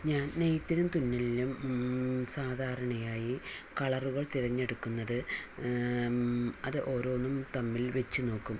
ഞാൻ നെയ്ത്തിനും തുന്നലിനും സാധാരണയായി കളറുകൾ തിരഞ്ഞെടുക്കുന്നത് അത് ഓരോന്നും തമ്മിൽ വച്ച് നോക്കും